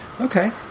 Okay